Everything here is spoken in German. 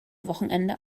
wochenende